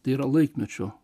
tai yra laikmečio